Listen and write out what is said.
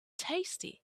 tasty